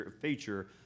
feature